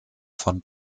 von